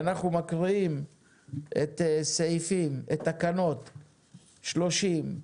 ואנחנו מקריאים את תקנות 30,